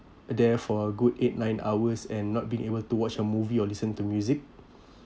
there for a good eight nine hours and not being able to watch a movie or listen to music